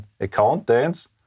accountants